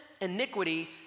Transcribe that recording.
iniquity